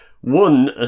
One